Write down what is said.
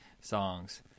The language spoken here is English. songs